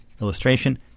illustration